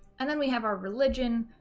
and then we have our religion,